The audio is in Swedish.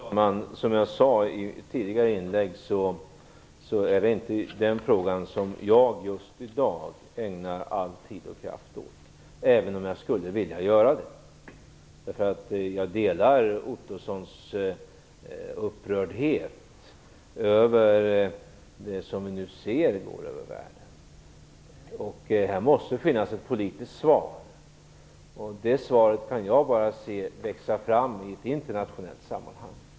Fru talman! Som jag sade i tidigare inlägg är det inte den här frågan som jag just i dag ägnar all tid och kraft åt, även om jag skulle vilja göra det. Jag delar nämligen Ottossons upprördhet över det som vi nu ser över världen. Det måste finnas ett politiskt svar. Det svaret kan jag bara se växa fram i ett internationellt sammanhang.